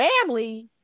family